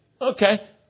Okay